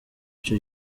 ico